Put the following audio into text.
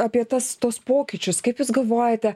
apie tas tuos pokyčius kaip jūs galvojate